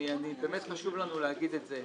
באמת חשוב לנו להגיד את זה,